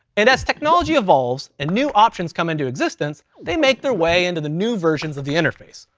and as technology evolves, and new options come into existence, they make their way into the new versions of the interface.